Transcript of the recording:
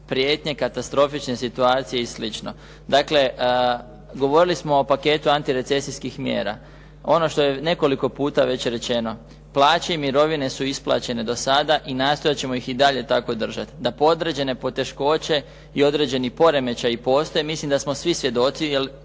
prijetnje, katastrofične situacije i slično. Dakle, govorili smo o paketu antirecesijskih mjera. Ono što je nekoliko puta već rečeno. Plaće i mirovine su isplaćene do sada i nastojati ćemo ih i dalje tako držati. Da određene poteškoće i određeni poremećaji postoje. I mislim da smo vi svjedoci,